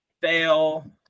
Fail